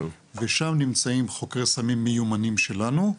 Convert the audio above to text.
ושם נמצאים חוקרי סמים מיומנים שלנו.